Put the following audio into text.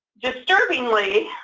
disturbingly,